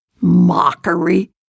Mockery